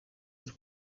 ari